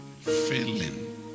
filling